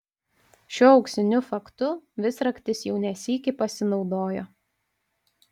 šiuo auksiniu faktu visraktis jau ne sykį pasinaudojo